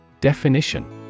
Definition